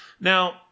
Now